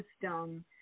system